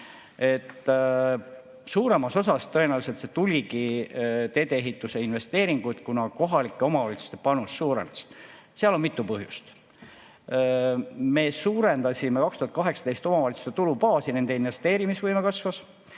tõenäoliselt tulidki tee-ehituse investeeringud, kuna kohalike omavalitsuste panus suurenes. Seal on mitu põhjust. Me suurendasime 2018 omavalitsuste tulubaasi, nende investeerimisvõime kasvas,